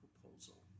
proposal